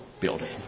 building